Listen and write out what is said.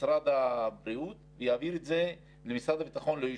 משרד הבריאות, ויעביר את זה למשרד הביטחון לאישור.